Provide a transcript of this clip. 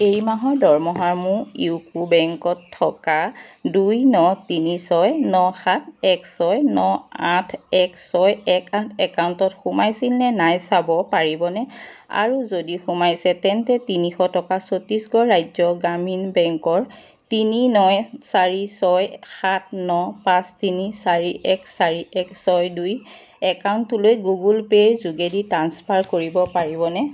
এই মাহৰ দৰমহা মোৰ ইউকো বেংকত থকা দুই ন তিনি ছয় ন সাত এক ছয় ন আঠ এক ছয় এক আঠ একাউণ্টত সোমাইছিল নে নাই চাব পাৰিবনে আৰু যদি সোমাইছে তেন্তে তিনিশ টকা চত্তিশগড় ৰাজ্যৰ গ্ৰামীণ বেংকৰ তিনি ন চাৰি ছয় সাত ন পাঁচ তিনি চাৰি এক চাৰি এক ছয় দুই একাউণ্টটোলৈ গুগল পে'ৰ যোগেদি ট্ৰাঞ্চফাৰ কৰিব পাৰিবনে